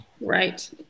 Right